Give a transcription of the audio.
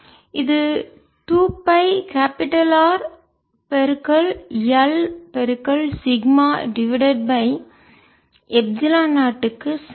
இது 2 pi capital R L sigma divided by epsilon naught க்கு சமம்